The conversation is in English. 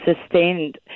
sustained